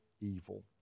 Evil